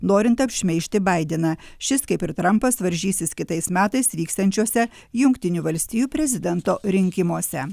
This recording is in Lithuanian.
norint apšmeižti baideną šis kaip ir trampas varžysis kitais metais vyksiančiuose jungtinių valstijų prezidento rinkimuose